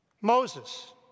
Moses